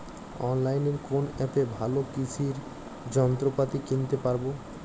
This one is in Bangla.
অনলাইনের কোন অ্যাপে ভালো কৃষির যন্ত্রপাতি কিনতে পারবো?